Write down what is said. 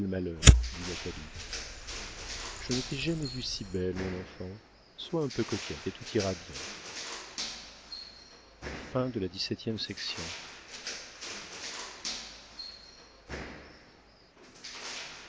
malheurs dit natalie je ne t'ai jamais vue si belle mon enfant sois un peu coquette et tout ira bien